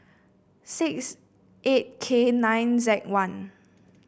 six eight K nine Z one